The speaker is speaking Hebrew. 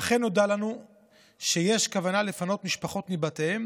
אכן, נודע לנו שיש כוונה לפנות משפחות מבתיהן